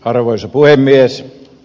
arvoisa puhemies